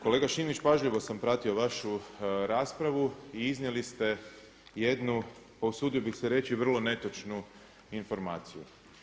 Kolega Šimić, pažljivo sam pratio vašu raspravu i iznijeli ste jednu, pa usudio bih se reći vrlo netočnu informaciju.